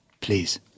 Please